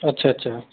अच्छा अच्छा